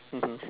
mmhmm